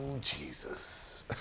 Jesus